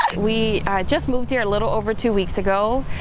we just moved here a little over two weeks ago.